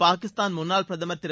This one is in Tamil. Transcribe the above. பாகிஸ்தான் முன்னாள் பிரதமர் திரு